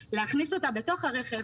להכניס אותה אל תוך הרכב.